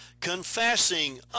confessing